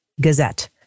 gazette